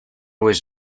was